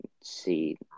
see –